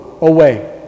Away